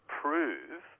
prove